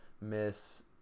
miss